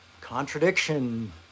Contradiction